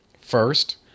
first